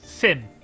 Sim